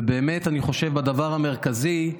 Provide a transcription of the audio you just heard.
ובאמת, אני חושב, בדבר המרכזי,